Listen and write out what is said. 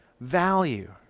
value